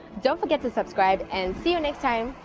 don't forget to subscribe and see you next time!